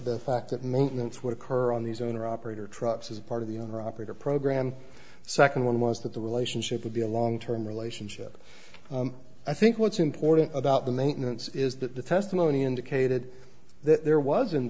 the fact that maintenance what occur on these owner operator trucks is part of the owner operator program second one was that the relationship would be a long term relationship i think what's important about the maintenance is that the testimony indicated that there was in